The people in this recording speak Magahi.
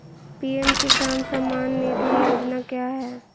पी.एम किसान सम्मान निधि योजना क्या है?